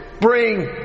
bring